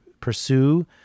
pursue